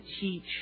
teach